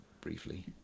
briefly